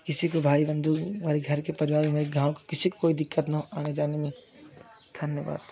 किसी के भाई बंधु हमारे घर के परिवार में गाँव किसी को कोई दिक्कत ना आने जाने में धन्यवाद